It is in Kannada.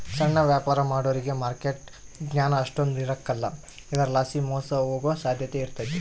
ಸಣ್ಣ ವ್ಯಾಪಾರ ಮಾಡೋರಿಗೆ ಮಾರ್ಕೆಟ್ ಜ್ಞಾನ ಅಷ್ಟಕೊಂದ್ ಇರಕಲ್ಲ ಇದರಲಾಸಿ ಮೋಸ ಹೋಗೋ ಸಾಧ್ಯತೆ ಇರ್ತತೆ